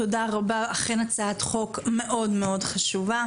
תודה רבה, אכן הצעת חוק מאוד חשובה.